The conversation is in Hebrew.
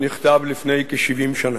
שנכתב לפני כ-70 שנה: